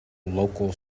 local